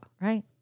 Right